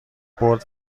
برد